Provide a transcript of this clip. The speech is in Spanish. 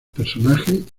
personajes